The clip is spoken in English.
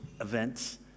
events